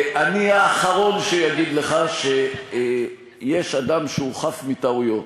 אני האחרון שיגיד לך שיש אדם שהוא חף מטעויות.